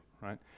right